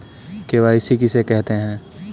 KYC किसे कहते हैं?